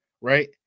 right